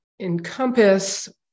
encompass